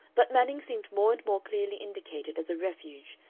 but manning seemed more and more clearly indicated as a refuge,